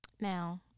Now